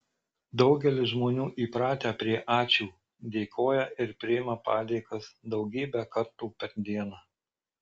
daugelis žmonių įpratę prie ačiū dėkoja ir priima padėkas daugybę kartų per dieną